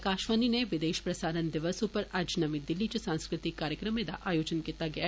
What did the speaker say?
आकाशवाणी ने विदेश प्रसारण दिवास उप्पर अज्ज नमीं दिल्ली च सांस्कृतिक कार्यक्रमें दा आयोजन कीता गेआ